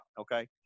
okay